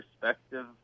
perspective